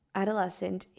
adolescent